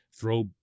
throw